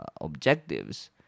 objectives